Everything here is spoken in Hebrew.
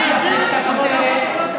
אני מבין, אבל אני לא יכול לדבר ככה.